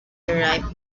derive